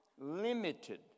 limited